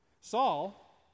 Saul